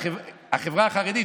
מהחברה החרדית,